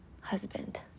husband